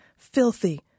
Filthy